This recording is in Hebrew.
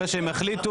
אחרי שהם יחליטו,